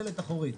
דלת אחורית",